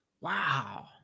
Wow